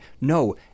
No